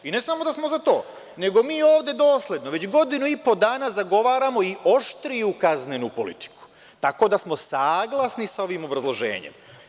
Ne samo da smo za to, nego mi ovde dosledno već godinu i po dana zagovaramo i oštriju kaznenu politiku, tako da smo saglasni sa ovim obrazloženjem.